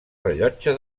rellotge